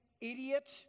idiot